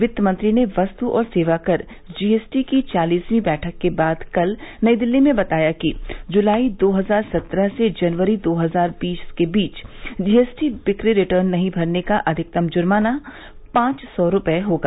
वित्तमंत्री ने वस्तु और सेवा कर जीएसटी की चालीसवीं बैठक के बाद कल नई दिल्ली में बताया कि जुलाई दो हजार सत्रह से जनवरी दो हजार बीस के बीच जीएसटी बिक्री रिटर्न नहीं भरने का अधिकतम जुर्माना पांच सौ रूपये होगा